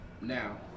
now